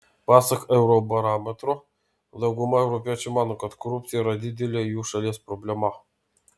pasak eurobarometro dauguma europiečių mano kad korupcija yra didelė jų šalies problema